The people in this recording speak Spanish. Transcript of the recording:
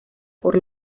por